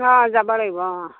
অ যাব লাগিব অঁ